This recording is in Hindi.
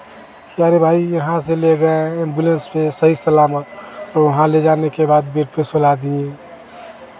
कि अरे भाई यहाँ से ले गए एम्बुलेंस में सही सलामत और वहाँ ले जाने के बाद देख के सलाह दिए